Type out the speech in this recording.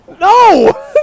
No